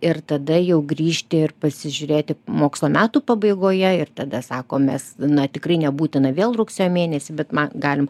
ir tada jau grįžti ir pasižiūrėti mokslo metų pabaigoje ir tada sako mes na tikrai nebūtina vėl rugsėjo mėnesį bet man galim